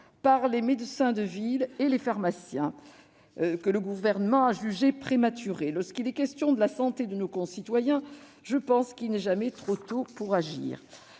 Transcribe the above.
par les médecins de ville et les pharmaciens, que le Gouvernement a jugé prématurées. Lorsqu'il est question de la santé de nos concitoyens, je pense qu'il n'est jamais trop tôt pour agir.